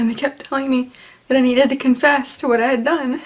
and they kept telling me that i needed to confess to what i had done